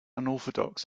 unorthodox